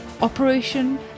operation